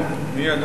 נו, מי?